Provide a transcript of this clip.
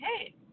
hey